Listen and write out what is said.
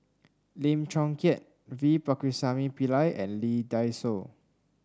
Lim Chong Keat V Pakirisamy Pillai and Lee Dai Soh